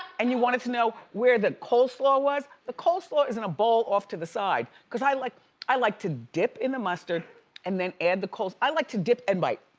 and you wanted to know where the coleslaw was. the coleslaw is in a bowl off to the side. cause i like i like to dip in the mustard and then add the cole. i like to dip and bite.